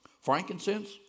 Frankincense